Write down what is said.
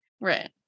Right